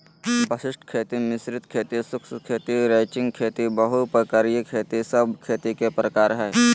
वशिष्ट खेती, मिश्रित खेती, शुष्क खेती, रैचिंग खेती, बहु प्रकारिय खेती सब खेती के प्रकार हय